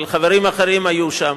אבל חברים אחרים היו שם,